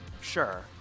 Sure